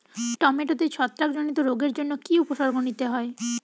টমেটোতে ছত্রাক জনিত রোগের জন্য কি উপসর্গ নিতে হয়?